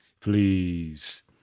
please